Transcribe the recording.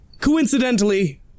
Coincidentally